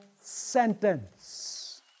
sentence